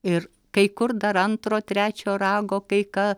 ir kai kur dar antro trečio rago kai ką